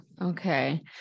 okay